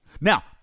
Now